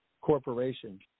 corporation